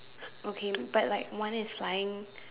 okay but like one is flying